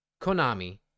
Konami